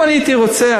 אם הייתי רוצה,